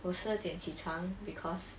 我十二点起床 because